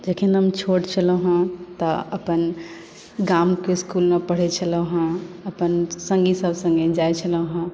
जखन हम छोट छलहुँ हेँ तऽअपन गामके इस्कुलमे पढ़ैत छलहुँ हेँ अपन सङ्गीसभ सङ्गे जाइत छलहुँ हेँ